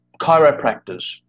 chiropractors